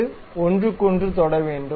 அது ஒன்றுக்கொன்று தொட வேண்டும்